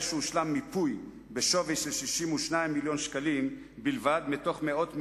שהושלם מיפוי בשווי של 62 מיליון שקלים בלבד מתוך מאות מיליונים,